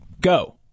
go